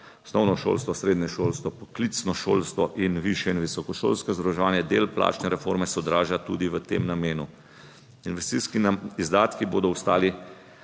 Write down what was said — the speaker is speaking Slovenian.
osnovno šolstvo, srednje šolstvo, poklicno šolstvo in višje in visokošolsko izobraževanje, del plačne reforme se odraža tudi v tem namenu. Investicijski izdatki bodo ostali